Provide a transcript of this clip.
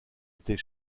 était